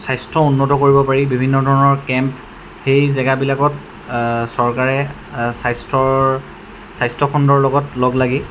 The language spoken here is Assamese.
স্বাস্থ্য উন্নত কৰিব পাৰি বিভিন্ন ধৰণৰ কেম্প সেই জেগাবিলাকত চৰকাৰে স্বাস্থ্যৰ স্বাস্থ্যখণ্ডৰ লগত লগলাগি